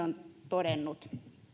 on todennut